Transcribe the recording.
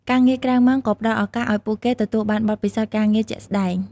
ការងារក្រៅម៉ោងក៏ផ្ដល់ឱកាសឱ្យពួកគេទទួលបានបទពិសោធន៍ការងារជាក់ស្ដែង។